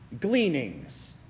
gleanings